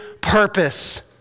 purpose